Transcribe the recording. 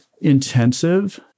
intensive